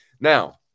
Now